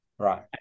Right